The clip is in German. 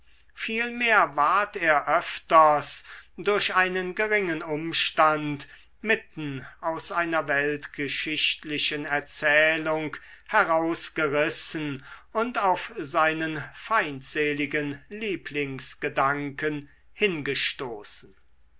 vielmehr ward er öfters durch einen geringen umstand mitten aus einer weltgeschichtlichen erzählung herausgerissen und auf seinen feindseligen lieblingsgedanken hingestoßen